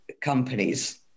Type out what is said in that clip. companies